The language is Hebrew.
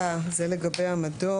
זה החלפת הרפד